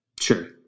sure